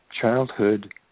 childhood